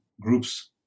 groups